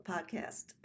Podcast